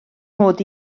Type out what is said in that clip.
mod